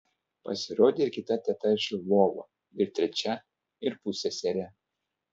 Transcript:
pasirodė ir kita teta iš lvovo ir trečia ir pusseserė